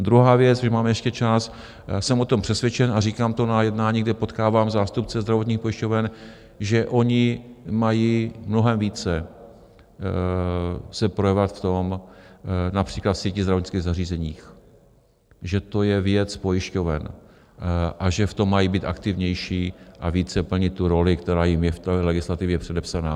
Druhá věc, když mám ještě čas, jsem o tom přesvědčen a říkám to na jednání, kde potkávám zástupce zdravotních pojišťoven, že oni mají mnohem více se projevovat například v síti zdravotnických zařízení, že to je věc pojišťoven, že v tom mají být aktivnější a více plnit tu roli, která jim je v té legislativě předepsaná.